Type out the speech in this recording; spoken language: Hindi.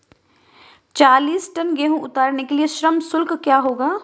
चालीस टन गेहूँ उतारने के लिए श्रम शुल्क क्या होगा?